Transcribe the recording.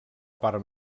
part